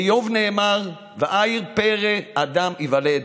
באיוב נאמר: "ועיר פרא אדם יולד".